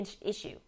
issue